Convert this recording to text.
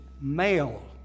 male